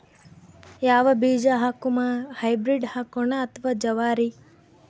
ಯಾವ ಬೀಜ ಹಾಕುಮ, ಹೈಬ್ರಿಡ್ ಹಾಕೋಣ ಅಥವಾ ಜವಾರಿ?